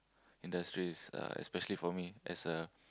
industry is uh especially for me as a